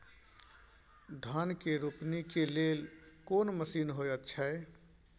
धान के रोपनी के लेल कोन मसीन होयत छै?